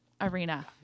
arena